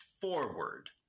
forward